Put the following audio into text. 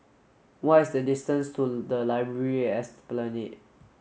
what is the distance to the Library at Esplanade